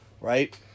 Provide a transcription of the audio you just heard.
right